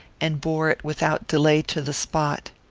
and bore it without delay to the spot.